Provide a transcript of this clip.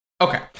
okay